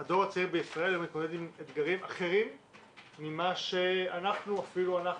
הדור הצעיר בישראל מתמודד עם אתגרים אחרים ממה שאפילו אנחנו,